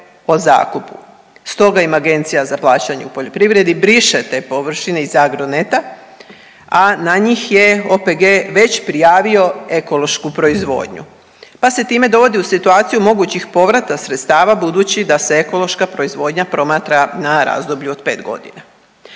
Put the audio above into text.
o zakupu. Stoga im Agencija za plaćanje u poljoprivredi briše te površine iz AGRONET-a, a na njih je OPG već prijavio ekološku proizvodnju pa se time dovodi u situaciju mogućih povrata sredstva budući da se ekološka proizvodnja promatra na razdoblju od 5 godina.